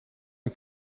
een